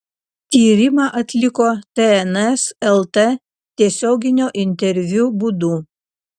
tyrimą atliko tns lt tiesioginio interviu būdu